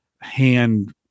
hand